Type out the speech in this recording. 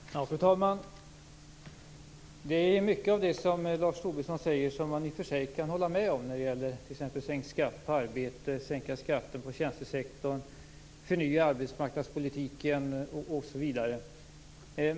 Fru talman! Det är mycket av det Lars Tobisson säger som man i och för sig kan hålla med om, t.ex. sänkt skatt på arbete, sänkt skatt för tjänstesektorn, förnyad arbetsmarknadspolitik osv.